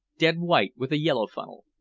dead white, with a yellow funnel.